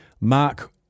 Mark